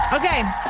Okay